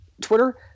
Twitter